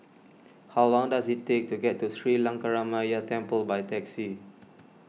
how long does it take to get to Sri Lankaramaya Temple by taxi